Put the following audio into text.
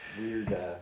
Weird